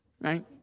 Right